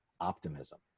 optimism